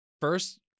first